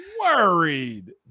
worried